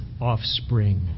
offspring